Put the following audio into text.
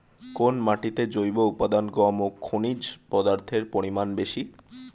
কোন মাটিতে জৈব উপাদান কম ও খনিজ পদার্থের পরিমাণ বেশি?